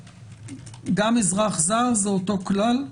גם אזרח זר זה אותו כלל?